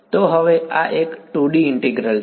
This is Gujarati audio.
તો હવે આ એક 2D ઈન્ટિગ્રલ છે